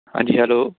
ਹਾਂਜੀ ਹੈਲੋ